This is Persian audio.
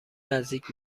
نزدیک